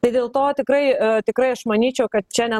tai dėl to tikrai tikrai aš manyčiau kad čia ne